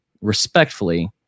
Respectfully